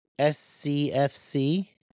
SCFC